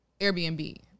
Airbnb